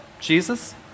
Jesus